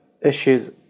issues